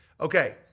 Okay